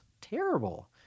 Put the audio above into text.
terrible